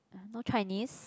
uh no Chinese